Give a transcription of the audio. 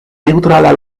neŭtrala